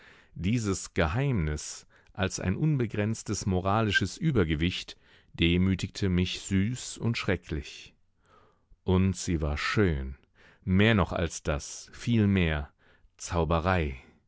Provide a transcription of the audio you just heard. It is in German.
dieses geheimnis als ein unbegrenztes moralisches übergewicht demütigte mich süß und schrecklich und sie war schön mehr noch als das viel mehr zauberei